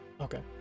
Okay